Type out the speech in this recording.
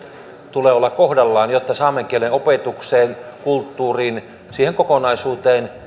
tulee olla kohdallaan jotta saamen kielen opetukseen kulttuuriin siihen kokonaisuuteen